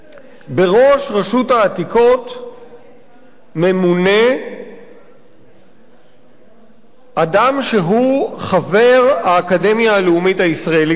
בראש רשות העתיקות ממונה אדם שהוא חבר האקדמיה הלאומית הישראלית למדעים.